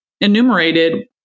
enumerated